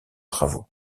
travaux